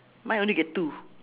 mine only get two